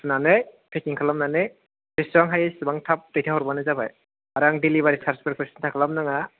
सुनानै पैकिंग खालामनानै बेसेबां हायो एसेबां थाब दैथाय हरबानो जाबाय आरो आं देलिभारि चार्ज खौ सिनथा खालाम नाङा